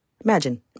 imagine